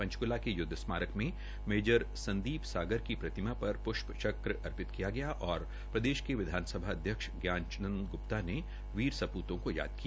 पंचकूला के युद्ध स्मारक में मेजर सदीप सागर प्रतिमा पर पृष्प चक अर्पित किया और प्रदेश के विधानसभा अध्यक्ष ज्ञान चंद गुप्ता वीर स्प्रतों को याद किया